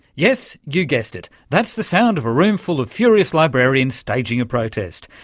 yes, you guessed it, that's the sound of a roomful of furious librarians staging a protest.